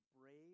brave